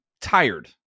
tired